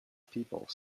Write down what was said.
people